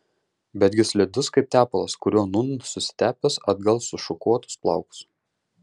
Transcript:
betgi slidus kaip tepalas kuriuo nūn susitepęs atgal sušukuotus plaukus